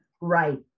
Right